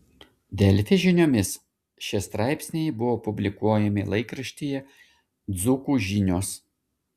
delfi žiniomis šie straipsniai buvo publikuojami laikraštyje dzūkų žinios